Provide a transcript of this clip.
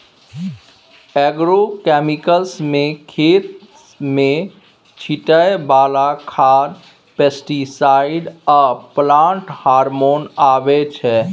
agrochemicals मे खेत मे छीटय बला खाद, पेस्टीसाइड आ प्लांट हार्मोन अबै छै